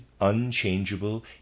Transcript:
unchangeable